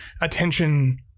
attention